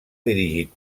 dirigit